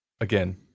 again